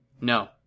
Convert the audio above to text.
No